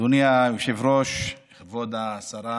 אדוני היושב-ראש, כבוד השרה,